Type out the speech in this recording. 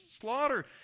slaughter